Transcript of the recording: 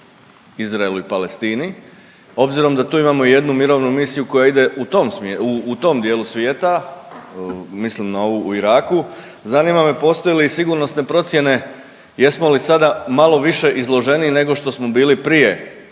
Izraelu i Palestini obzirom da tu imamo jednu mirovnu misiju koja ide u tom dijelu svijeta. Mislim na ovu u Iraku, zanima me postoje li sigurnosne procjene jesmo li sada malo više izloženiji nego što smo bili prije